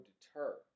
deter